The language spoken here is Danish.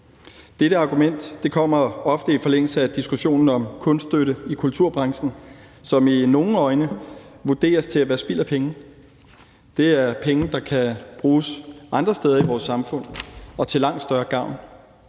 Dette argument kommer ofte i forlængelse af diskussionen om kunststøtte i kulturbranchen, som i nogle øjne vurderes til at være spild af penge; at det er penge, der kan bruges andre steder i vores samfund og til langt større gavn.